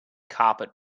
carpet